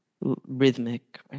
rhythmic